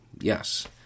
Yes